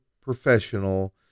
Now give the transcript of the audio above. professional